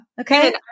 Okay